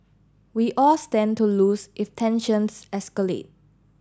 we all stand to lose if tensions escalate